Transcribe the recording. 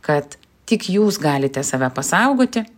kad tik jūs galite save pasaugoti